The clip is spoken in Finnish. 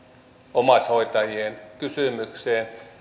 omaishoitajien kysymykseen